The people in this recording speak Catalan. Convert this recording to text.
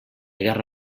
guerra